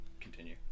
continue